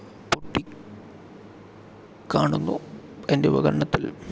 പൊട്ടി കാണുന്നു എൻ്റെ ഉപകരണത്തിൽ